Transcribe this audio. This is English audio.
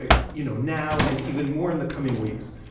ah you know, now and even more in the coming weeks,